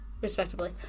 respectively